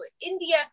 India